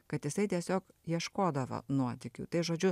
kad jisai tiesiog ieškodavo nuotykių tai žodžiu